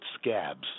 scabs